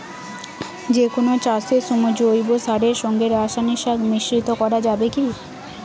যে কোন চাষের সময় জৈব সারের সঙ্গে রাসায়নিক মিশ্রিত করা যাবে কি?